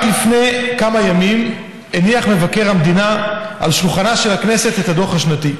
רק לפני כמה ימים הניח מבקר המדינה על שולחנה של הכנסת את הדוח השנתי.